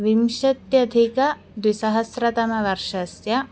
विंशत्यधिकद्विसहस्रतमवर्षस्य